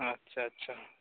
ᱟᱪᱪᱷᱟ ᱟᱪᱪᱷᱟ